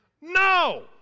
No